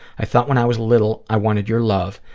i thought when i was little i wanted your love.